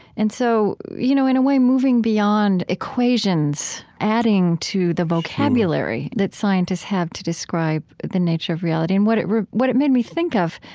and so you know in a way moving beyond equations adding to the vocabulary that scientists have to describe the nature of reality. and what it what it made me think of,